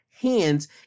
hands